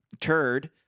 Turd